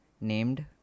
named